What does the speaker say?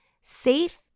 Safe